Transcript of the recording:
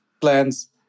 plans